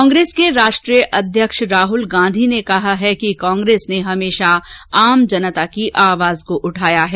कांग्रेस के राष्ट्रीय अध्यक्ष राहुल गांधी ने कहा है कि कांग्रेस ने हमेशा आम जनता की आवाज को उठाया है